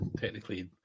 technically